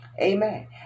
Amen